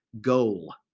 goal